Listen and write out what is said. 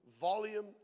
Volume